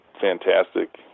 fantastic